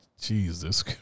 Jesus